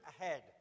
ahead